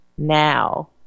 now